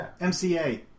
MCA